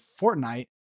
Fortnite